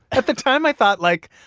at the time, i thought, like,